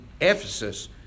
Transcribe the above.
Ephesus